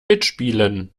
mitspielen